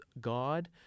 God